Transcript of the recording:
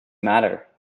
matter